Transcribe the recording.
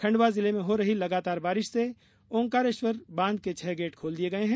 खंडवा जिले में हो रही लगातार बारिश से ऑकारेश्वर बांध के छह गेट खोल दिये गये हैं